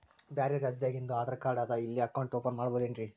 ಬ್ಯಾರೆ ರಾಜ್ಯಾದಾಗಿಂದು ಆಧಾರ್ ಕಾರ್ಡ್ ಅದಾ ಇಲ್ಲಿ ಅಕೌಂಟ್ ಓಪನ್ ಮಾಡಬೋದೇನ್ರಿ?